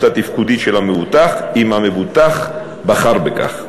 התפקודית של המבוטח אם המבוטח בחר בכך.